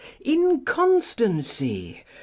Inconstancy